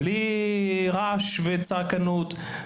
בלי רעש וצעקנות.